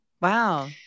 Wow